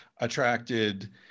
attracted